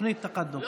תוכנית תקאדום.